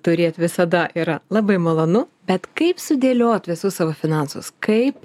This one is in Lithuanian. turėt visada yra labai malonu bet kaip sudėliot visus savo finansus kaip